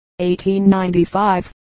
1895